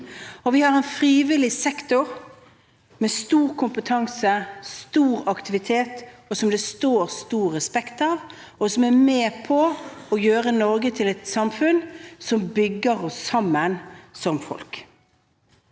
vi har en frivillig sektor med stor kompetanse, stor aktivitet og som det står stor respekt av, og som er med på å gjøre Norge til et samfunn som bygger oss sammen som folk.